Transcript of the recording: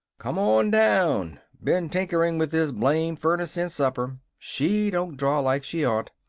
come on down! been tinkering with this blamed furnace since supper. she don't draw like she ought.